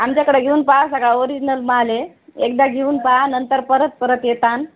आमच्याकडे घेऊन पाहा सगळा ओरिजिनल माल आहे एकदा घेऊन पाहा नंतर परत परत येतान